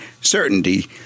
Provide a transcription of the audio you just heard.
certainty